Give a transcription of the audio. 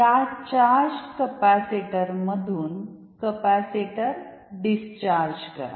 या चार्जड कॅपमधून capacitor discharge करा